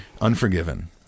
Unforgiven